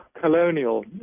colonial